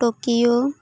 Tokyo